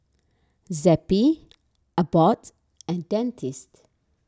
Zappy Abbott and Dentiste